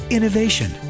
Innovation